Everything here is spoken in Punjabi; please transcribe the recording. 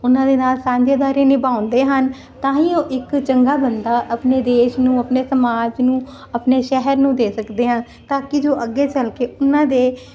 ਉਹਨਾਂ ਦੇ ਨਾਲ ਸਾਂਝੇਦਾਰੀ ਨਿਭਾਉਂਦੇ ਹਨ ਤਾਂ ਹੀ ਉਹ ਇੱਕ ਚੰਗਾ ਬੰਦਾ ਆਪਣੇ ਦੇਸ਼ ਨੂੰ ਆਪਣੇ ਸਮਾਜ ਨੂੰ ਆਪਣੇ ਸ਼ਹਿਰ ਨੂੰ ਦੇ ਸਕਦੇ ਹਾਂ ਤਾਂ ਕਿ ਜੋ ਅੱਗੇ ਚੱਲ ਕੇ ਉਹਨਾਂ ਦੇ